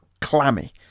clammy